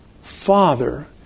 father